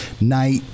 night